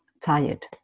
tired